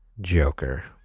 Joker